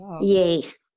Yes